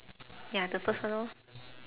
ya the first one lor